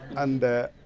and